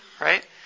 right